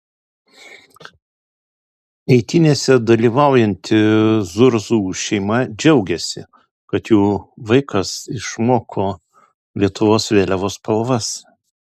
eitynėse dalyvaujanti zurzų šeima džiaugiasi kad jų vaikas išmoko lietuvos vėliavos spalvas